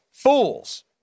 Fools